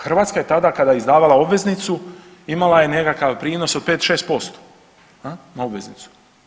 Hrvatska je tada kada je izdavala obveznicu imala je nekakav prinos od 5, 6% na obveznicu.